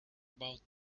about